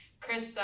Chris